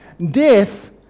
Death